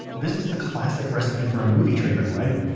this is the classic recipe for a movie trailer, right?